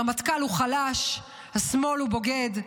רמטכ"ל הוא חלש, השמאל הוא בוגד,